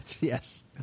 Yes